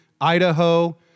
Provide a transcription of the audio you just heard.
Idaho